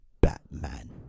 Batman